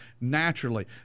Naturally